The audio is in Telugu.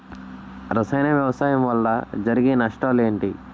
రసాయన వ్యవసాయం వల్ల జరిగే నష్టాలు ఏంటి?